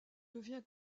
devient